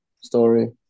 story